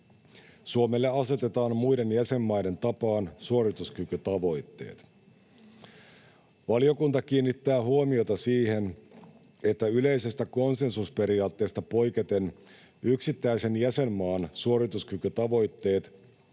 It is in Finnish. Suomelle asetetaan muiden jäsenmaiden tapaan suorituskykytavoitteet. Valiokunta kiinnittää huomiota siihen, että yleisestä konsensusperiaatteesta poiketen yksittäisen jäsenmaan suorituskykytavoitteet